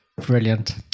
Brilliant